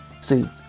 see